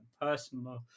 personal